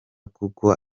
kuko